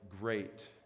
great